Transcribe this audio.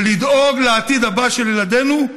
זה לדאוג לעתיד הבא של ילדינו,